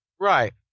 Right